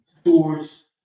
stores